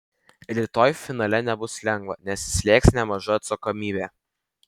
rytoj finale nebus lengva nes slėgs nemaža atsakomybė